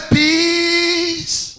peace